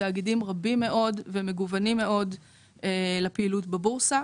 תאגידים רבים מאוד ומגוונים מאוד לפעילות בבורסה.